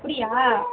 அப்படியா